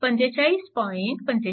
45V v2 72